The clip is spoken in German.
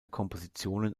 kompositionen